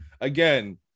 again